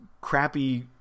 crappy